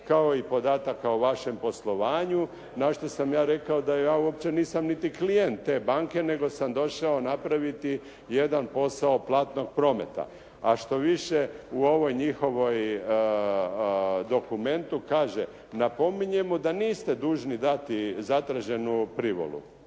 kao i podataka o vašem poslovanju na što sam ja rekao da ja uopće nisam niti klijent te banke, nego sam došao napraviti jedan posao platnog prometa. A štoviše u ovom njihovom dokumentu kaže napominjemo da niste dužni dati zatraženu privolu.